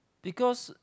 because